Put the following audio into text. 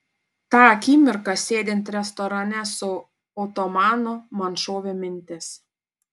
tą akimirką sėdint restorane su otomanu man šovė mintis